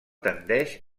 tendeix